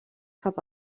cap